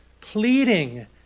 pleading